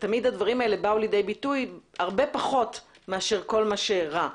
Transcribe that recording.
ותמיד הדברים האלה באו לידי ביטוי הרבה פחות מאשר כל מה שרע.